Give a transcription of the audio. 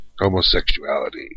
homosexuality